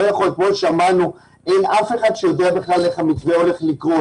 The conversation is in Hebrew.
אתמול שמענו שאין אף אחד שיודע בכלל איך המתווה הולך לקרות.